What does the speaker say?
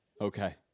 Okay